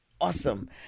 awesome